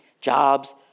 jobs